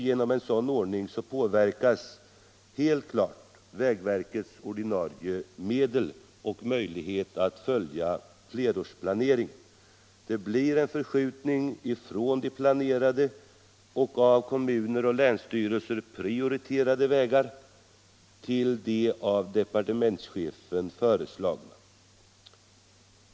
Genom en sådan ordning påverkas helt klart vägverkets ordinarie medel och dess möjlighet att följa flerårsplaneringen. Det blir en förskjutning från de planerade och av kommuner och länsstyrelser prioriterade vägarna till de av departementschefen föreslagna.